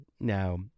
now